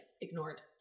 ignored